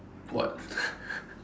what